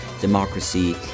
democracy